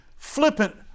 Flippant